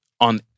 on